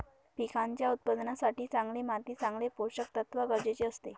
पिकांच्या उत्पादनासाठी चांगली माती चांगले पोषकतत्व गरजेचे असते